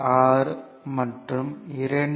46 மற்றும் 2